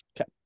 okay